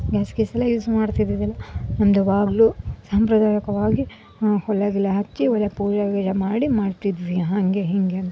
gas ಗೀಸ್ ಎಲ್ಲ use ಮಾಡ್ತದ್ದಿಲ್ಲ ನಮ್ದು ಯಾವಾಗಲೂ ಸಾಂಪ್ರದಾಯಿಕವಾಗಿ ಹಾಂ ಒಲೆ ಗಿಲೆ ಹಚ್ಚಿ ಒಲೆಗೆ ಪೂಜೆ ಗೀಜೆ ಮಾಡಿ ಮಾಡ್ತಿದ್ವಿ ಹಾಗೆ ಹೀಗೆ ಅಂತ